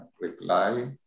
reply